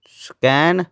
scan